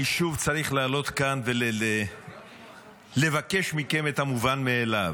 אני שוב צריך לעלות כאן ולבקש מכם את המובן מאליו,